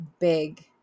big